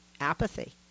apathy